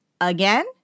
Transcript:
Again